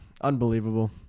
Unbelievable